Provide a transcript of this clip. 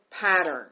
pattern